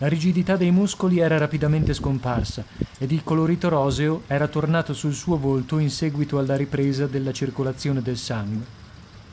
la rigidità dei muscoli era rapidamente scomparsa ed il colorito roseo era tornato sul suo volto in seguito alla ripresa della circolazione del sangue